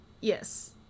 yes